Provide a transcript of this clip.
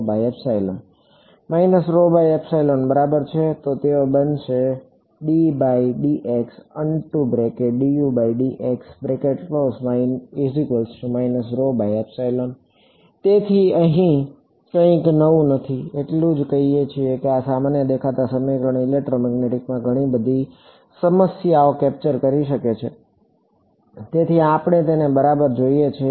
બરાબર છે તો તે બનશે તેથી અહીં કંઈ નવું નથી એટલું જ કહીએ છીએ કે આ સામાન્ય દેખાતા સમીકરણ ઈલેક્ટ્રોમેગ્નેટિકમાં ઘણી બધી સમસ્યાઓ કેપ્ચર કરી શકે છે તેથી જ આપણે તેને બરાબર જોઈએ છીએ